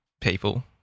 people